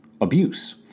abuse